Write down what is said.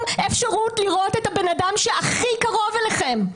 אפשרות לראות את הבן אדם שהכי קרוב אליכם.